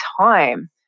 time